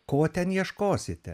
ko ten ieškosite